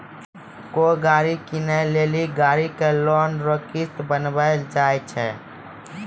कोय गाड़ी कीनै लेली गाड़ी के लोन रो किस्त बान्हलो जाय छै